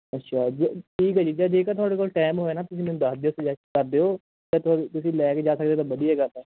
ਅੱਛਾ ਠੀਕ ਹੈ ਜੀ ਜ ਜੇਕਰ ਤੁਹਾਡੇ ਕੋਲ ਟਾਈਮ ਹੋਇਆ ਨਾ ਤੁਸੀਂ ਮੈਨੂੰ ਦੱਸ ਦਿਉ ਸੁਜੈਸਟ ਕਰ ਦਿਉ ਤਾਂ ਤੁਹ ਤੁਸੀਂ ਲੈ ਕੇ ਜਾ ਸਕਦੇ ਹੋ ਤਾਂ ਵਧੀਆ ਗੱਲ ਹੈ